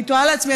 אני תוהה לעצמי,